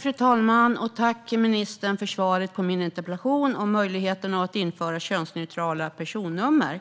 Fru talman! Tack för svaret på min interpellation om möjligheten att införa könsneutrala personnummer, ministern!